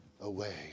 away